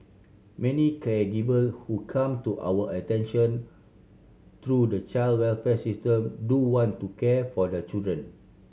many caregiver who come to our attention through the child welfare system do want to care for their children